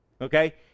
okay